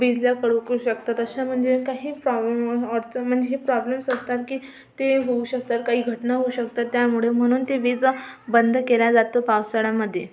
विजा कडकू शकतात अशा म्हणजे काही प्रॉब्लेम अडचण म्हणजे प्रॉब्लेम्स असतात की ते होऊ शकतात काही घटना होऊ शकतात त्यामुळे म्हणून ते विजा बंद केल्या जातो पावसाळ्यामधे